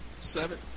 Seven